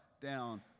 down